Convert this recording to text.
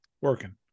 working